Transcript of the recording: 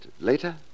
later